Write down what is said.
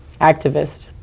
Activist